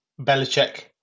Belichick